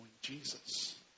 Jesus